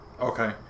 Okay